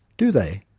do they?